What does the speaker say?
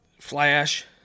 flash